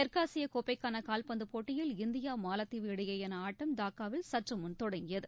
தெற்காசியகோப்பைக்கானகால்பந்தப் போட்டியில் இந்தியா மாலத்தீவு இடையேயானஆட்டம் டாக்காவில் சற்றுமுன் தொடங்கியது